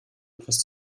etwas